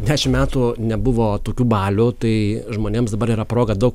dešim metų nebuvo tokių balių tai žmonėms dabar yra proga daug